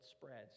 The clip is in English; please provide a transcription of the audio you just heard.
spreads